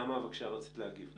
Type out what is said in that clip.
נעמה רצית להגיב, בבקשה.